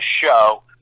show